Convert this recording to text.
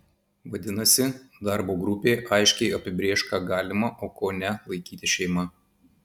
vadinasi darbo grupė aiškiai apibrėš ką galima o ko ne laikyti šeima